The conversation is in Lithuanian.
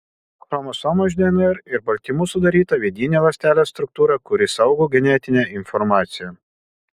chromosoma iš dnr ir baltymų sudaryta vidinė ląstelės struktūra kuri saugo genetinę informaciją